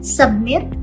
submit